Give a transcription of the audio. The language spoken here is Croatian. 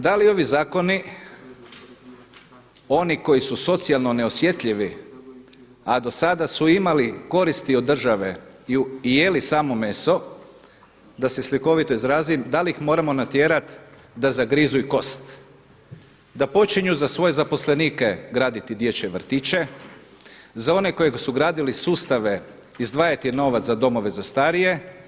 Da li ovi zakoni, oni koji su socijalno neosjetljivi a do sada su imali koristi od države i jeli samo meso da se slikovito izrazim da li ih moramo natjerati da zagrizu i kost, da počinju za svoje zaposlenike graditi dječje vrtiće, za one koji su gradili sustave izdvajati novac za domove za starije.